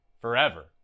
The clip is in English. forever